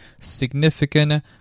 significant